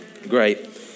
Great